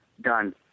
Done